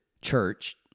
Church